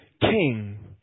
king